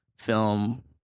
film